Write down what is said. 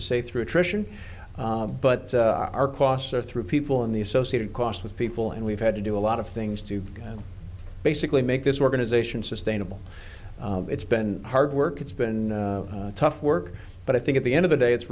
to say through attrition but our costs are through people in the associated cost with people and we've had to do a lot of things to basically make this organization sustainable it's been hard work it's been tough work but i think at the end of the day it's